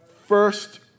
first